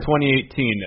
2018